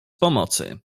pomocy